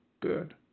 good